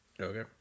Okay